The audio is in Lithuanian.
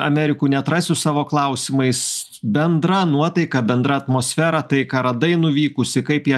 amerikų neatrasiu savo klausimais bendra nuotaika bendra atmosfera tai ką radai nuvykusi kaip ją